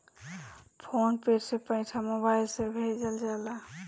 phone पे से पईसा mobile से भेजल जाला